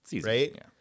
right